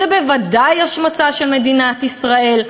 זה בוודאי השמצה של מדינת ישראל.